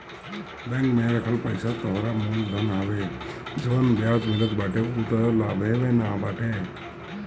bank में रखल पईसा तोहरा मूल धन हवे जवन बियाज मिलत बाटे उ तअ लाभवे न बाटे